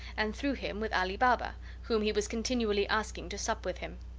and through him with ali baba, whom he was continually asking to sup with him.